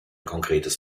konkretes